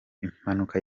impanuka